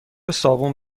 صابون